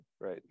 Right